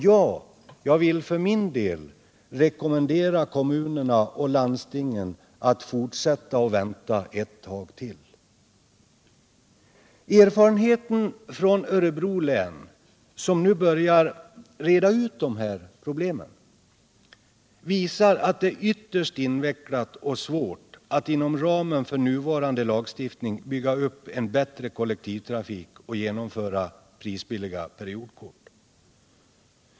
Jag vill för min del rekommendera kommunerna och landstingen att vänta ett tag till. Erfarenheten från Örebro län, där vi nu börjar reda ut de här problemen, visar att det är ytterst invecklat och svårt att inom ramen för nuvarande lagstiftning bygga upp en bättre kollektivtrafik och genomföra prisbilliga periodkort.